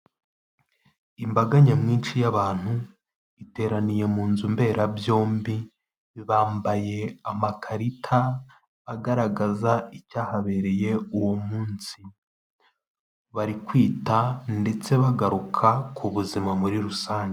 Imbaga nyamwinshi y'abantu iteraniye mu nzu mberabyombi, bambaye amakarita agaragaza icyahabereye uwo munsi. bari kwita ndetse bagaruka ku buzima muri rusange.